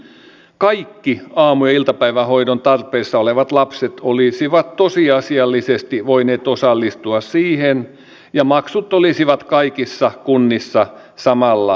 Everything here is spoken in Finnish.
näin kaikki aamu ja iltapäivähoidon tarpeessa olevat lapset olisivat tosiasiallisesti voineet osallistua siihen ja maksut olisivat kaikissa kunnissa samalla tasolla